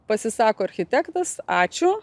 pasisako architektas ačiū